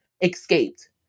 escaped